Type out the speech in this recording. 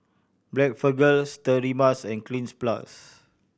Blephagel Sterimars and Cleanz Plus